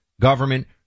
government